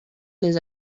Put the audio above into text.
les